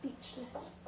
speechless